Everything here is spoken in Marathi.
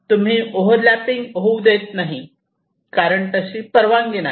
तुम्ही ओव्हर लॅपिंग होऊ देत नाही कारण तसे परवानगी नाही